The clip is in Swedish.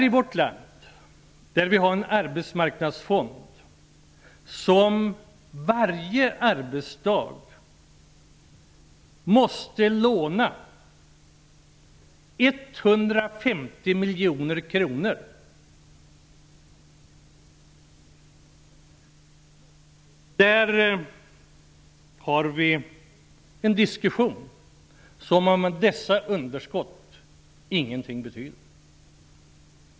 I Sverige, där vi har en arbetsmarknadsfond som varje arbetsdag måste låna 150 miljoner kronor, förs en diskussion som om dessa underskott ingenting betyder.